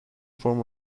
form